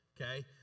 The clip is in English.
Okay